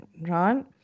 right